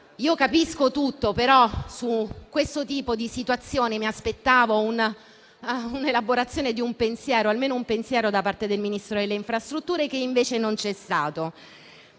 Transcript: Io capisco tutto, ma su questo tipo di situazione mi aspettavo almeno l'elaborazione di un pensiero da parte del Ministro delle infrastrutture, che invece non c'è stato.